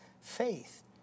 faith